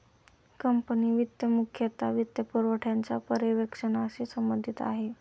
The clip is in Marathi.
कंपनी वित्त मुख्यतः वित्तपुरवठ्याच्या पर्यवेक्षणाशी संबंधित आहे